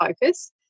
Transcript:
focus